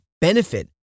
benefit